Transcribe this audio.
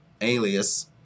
Alias